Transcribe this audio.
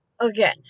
Again